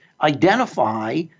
identify